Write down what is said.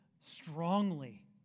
strongly